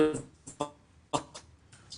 בסיכון בלא קשר אם הוא יהודי או ערבי-